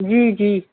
جی جی